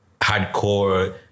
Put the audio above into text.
hardcore